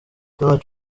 donald